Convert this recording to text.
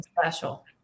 special